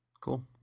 Cool